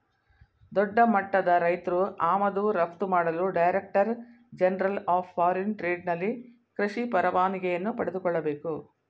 ದೊಡ್ಡಮಟ್ಟದ ರೈತ್ರು ಆಮದು ರಫ್ತು ಮಾಡಲು Director General of Foreign Trade ನಲ್ಲಿ ಕೃಷಿ ಪರವಾನಿಗೆಯನ್ನು ಪಡೆದುಕೊಳ್ಳಬೇಕು